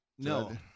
No